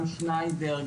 גם שניידר,